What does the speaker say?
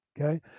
Okay